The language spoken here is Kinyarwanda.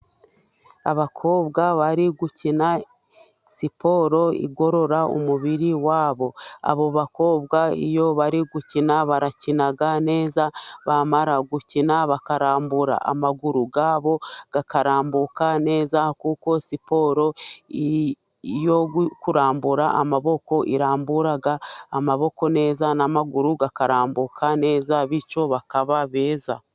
Abakobwa bari gukina siporo igorora umubiri wabo. Abo bakobwa iyo bari gukina barakina neza, bamara gukina bakarambura amaguru yabo agakarambuka neza, kuko siporo yo kurambura amaboko irambura amaboko neza, n'amaguru akarambuka neza, bityo bakaba beza.